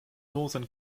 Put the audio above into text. northern